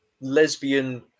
lesbian